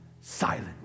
silent